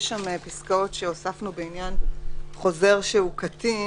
יש שם פסקאות שהוספנו בעניין חוזר שהוא קטין,